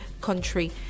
country